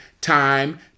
time